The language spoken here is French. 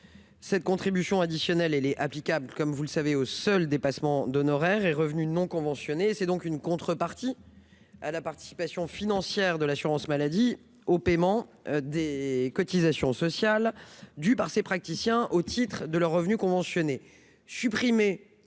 Cette contribution additionnelle n'est applicable qu'aux seuls dépassements d'honoraires et revenus non conventionnés. C'est une contrepartie à la participation financière de l'assurance maladie au paiement des cotisations sociales dues par ces praticiens au titre de leurs revenus conventionnés. La